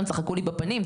הם צחקו לי בפנים.